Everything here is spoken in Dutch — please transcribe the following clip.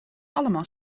allemaal